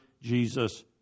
Jesus